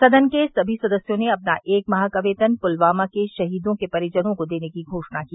सदन के सभी सदस्यों ने अपना एक माह का वेतन पुलवामा के शहीदों के परिजनों को देने की घोषणा की